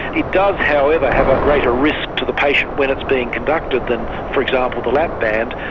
it does however have a greater risk to the patient when it's being conducted than, for example, the lap band,